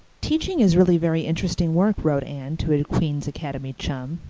teaching is really very interesting work, wrote anne to a queen's academy chum.